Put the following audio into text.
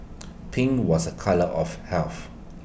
pink was A colour of health